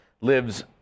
lives